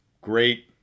great